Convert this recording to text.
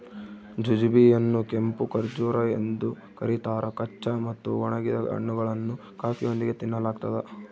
jujube ಯನ್ನುಕೆಂಪು ಖರ್ಜೂರ ಎಂದು ಕರೀತಾರ ಕಚ್ಚಾ ಮತ್ತು ಒಣಗಿದ ಹಣ್ಣುಗಳನ್ನು ಕಾಫಿಯೊಂದಿಗೆ ತಿನ್ನಲಾಗ್ತದ